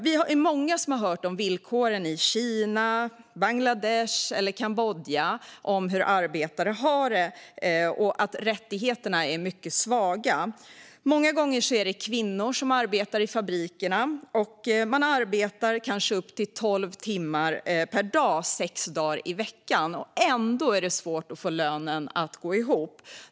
Vi är många som har hört om villkoren i Kina, Bangladesh eller Kambodja och om hur arbetare har det där. Rättigheterna för dem är mycket svaga. Många gånger är det kvinnor som arbetar i fabrikerna. De arbetar kanske tolv timmar om dagen, sex dagar i veckan, och ändå har de svårt att få lönen att räcka.